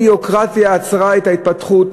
ביורוקרטיה גדולה עצרה את ההתפתחות,